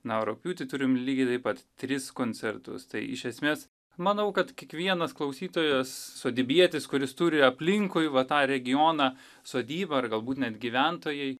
na o rugpjūtį turim lygiai taip pat tris koncertus tai iš esmės manau kad kiekvienas klausytojas sodybietis kuris turi aplinkui va tą regioną sodybą ar galbūt net gyventojai